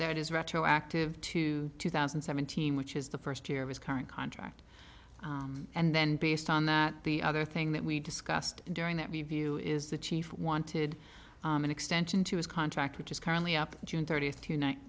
is retroactive to two thousand and seventeen which is the first year of his current contract and then based on that the other thing that we discussed during that review is the chief wanted an extension to his contract which is currently up june thirtieth t